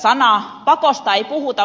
pakosta ei puhuta